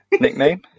nickname